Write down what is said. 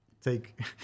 take